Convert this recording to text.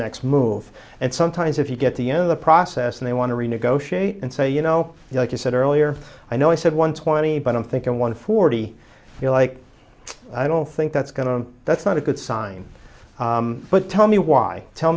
next moves and sometimes if you get the you know the process and they want to renegotiate and say you know like i said earlier i know i said one twenty but i'm thinking one forty feel like i don't think that's going to that's not a good sign but tell me why tell